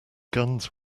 guns